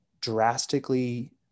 drastically